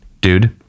dude